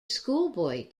schoolboy